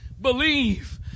believe